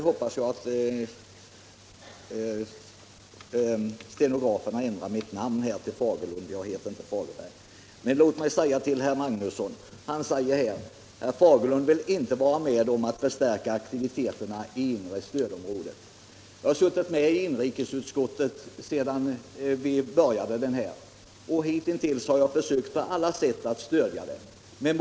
Herr talman! Herr Magnusson i Borås sade att jag inte ville vara med om att förstärka aktiviteterna i det inre stödområdet. Men jag har suttit med i inrikesutskottet ända från tillkomsten av inre stödområdet och alltid försökt att på alla sätt stödja aktiviteterna där.